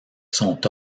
sont